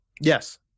Yes